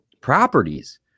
properties